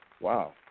wow